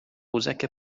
قوزک